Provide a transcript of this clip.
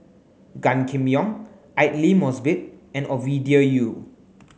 Gan Kim Yong Aidli Mosbit and Ovidia Yu